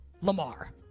Lamar